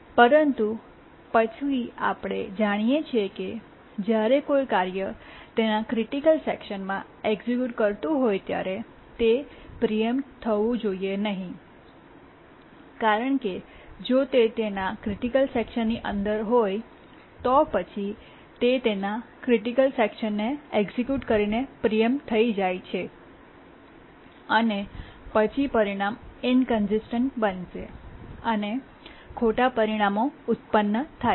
પરંતુ પછી આપણે જાણીએ છીએ કે જ્યારે કોઈ કાર્ય તેના ક્રિટિકલ સેકશન માં એક્સિક્યૂટ કરતું હોય ત્યારે તે પ્રીએમ્પ્ટ થવુ જોઈએ નહીં કારણ કે જો તે તેના ક્રિટિકલ સેકશનની અંદર હોયતો પછી તે તેના ક્રિટિકલ સેકશનને એક્સિક્યૂટ કરીને પ્રીએમ્પ્ટ થઈ જાય છે અને પછી પરિણામ ઇન્કન્સિસ્ટન્ટ બનશે અને ખોટા પરિણામો ઉત્પન્ન થાય છે